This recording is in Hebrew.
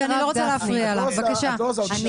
אני